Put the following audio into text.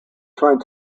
trying